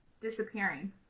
disappearing